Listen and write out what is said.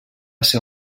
ser